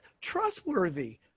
trustworthy